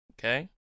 okay